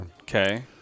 Okay